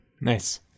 Nice